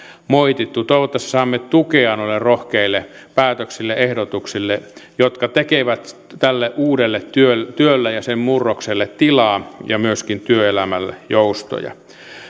moitittu toivottavasti saamme tukea noille rohkeille päätöksille ehdotuksille jotka tekevät tälle uudelle työlle ja sen murrokselle tilaa ja myöskin työelämälle joustoja